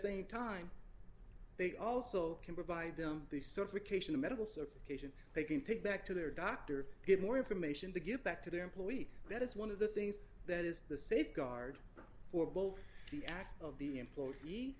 same time they also can provide them the certification of medical circulation they can pick back to their doctor get more information to give back to the employee that is one of the things that is the safeguard for both the act of the employee